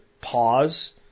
pause